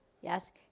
yes